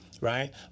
right